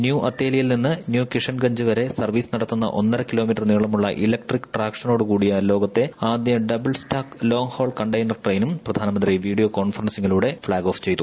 new അതേലിയിൽ നിന്ന് new Kishangarh വരെ സർവീസ് നടത്തുന്ന ഒന്നരകിലോമീറ്റർ നീളമുള്ള ഇലക്ട്രിക് ട്രാക്ഷനോട് കൂടിയ ലോകത്തെ ആദ്യ double stack long haul container പ്രധാനമന്ത്രി വീഡിയോ കോൺഫെറൻസിങ്ങിലൂടെ ഫ്ളാഗ് ഓഫ് ചെയ്തു